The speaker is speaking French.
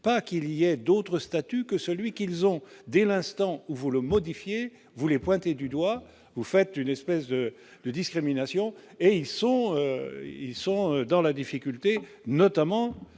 pas qu'il y a d'autres, statut que celui qu'ils ont, dès l'instant où vous le modifiez voulait pointer du doigt, vous faites une espèce de, de discrimination et ils sont, ils sont dans la difficulté, notamment